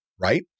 right